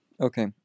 Okay